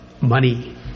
money